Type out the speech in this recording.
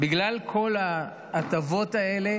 בגלל כל ההטבות האלה